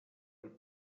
with